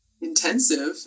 intensive